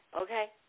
okay